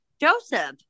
Joseph